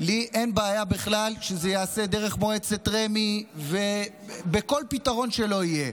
לי אין בעיה בכלל שזה ייעשה דרך מועצת רמ"י ובכל פתרון שלא יהיה.